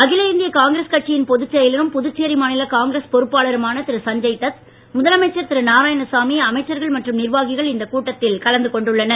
அகில இந்திய காங்கிரஸ் கட்சியின் பொதுச்செயலரும் புதுச்சேரி மாநில காங்கிரஸ் பொறுப்பாளருமான திரு சஞ்சய் தத் முதலமைச்சர் திரு நாராயணசாமி அமைச்சர்கள் மற்றும் நிர்வாகிகள் இந்த கூட்டத்தில் கலந்துகொண்டுள்ளனர்